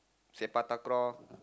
sepak-takraw